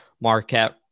Marquette